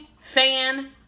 Fan